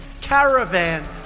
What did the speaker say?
Caravan